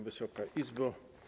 Wysoka Izbo!